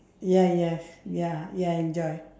ya yes ya ya enjoy